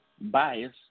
bias